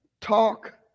talk